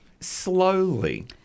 slowly